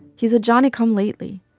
he's a johnny-come-lately.